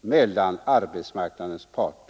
mellan arbetsmarknadens parter.